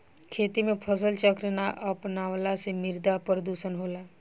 खेती में फसल चक्र ना अपनवला से मृदा प्रदुषण होला